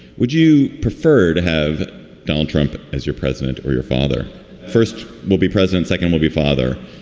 would you prefer to have donald trump as your president or your father first? we'll be president. second, we'll be father.